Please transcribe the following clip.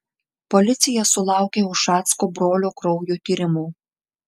policija sulaukė ušacko brolio kraujo tyrimų